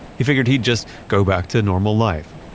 he figured he'd just go back to normal life,